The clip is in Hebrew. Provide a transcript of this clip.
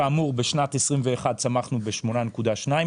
כאמור בשנת 2021 צמחנו ב-8.2%,